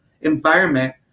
environment